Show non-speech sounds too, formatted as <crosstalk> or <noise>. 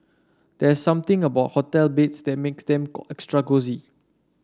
there something about hotel beds that makes them <unintelligible> extra cosy